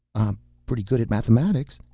i'm pretty good at mathematics!